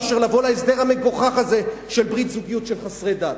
מאשר לבוא להסדר המגוחך הזה של ברית זוגיות של חסרי דת,